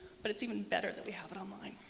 but it's even better that we have it online.